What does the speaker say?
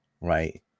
right